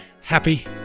happy